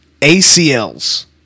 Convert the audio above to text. ACLs